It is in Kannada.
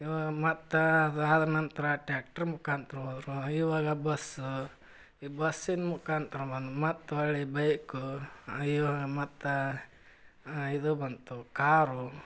ಇವಾಗ ಮತ್ತು ಅದಾದ ನಂತರ ಟ್ಯಾಕ್ಟರ್ ಮುಖಾಂತರ ಹೋದರು ಇವಾಗ ಬಸ್ಸು ಈ ಬಸ್ಸಿನ ಮುಖಾಂತರ ಒಂದು ಮತ್ತು ಹೊಳ್ಳಿ ಬೈಕು ಇವಾಗ ಮತ್ತು ಇದು ಬಂತು ಕಾರು